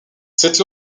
cette